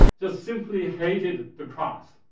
just simply hated the cross.